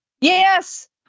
Yes